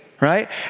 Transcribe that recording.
right